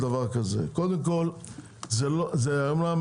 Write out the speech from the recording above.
קודם כול, זה אומנם